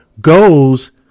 goes